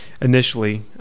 initially